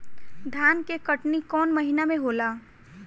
धान के कटनी कौन महीना में होला?